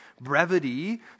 brevity